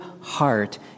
heart